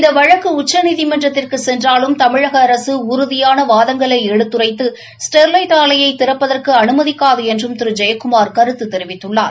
இந்த வழக்கு உச்சநீதிமன்றத்திற்கு சென்றாலும் தமிழகஅரசு உறுதியான வாதங்களை எடுத்துரைத்து ஸ்டெர்லைட் ஆலையை திறப்பதற்கு அனுமதிக்காது என்றும் திரு ஜெயக்குமார் கருத்து தெரிவித்துள்ளார்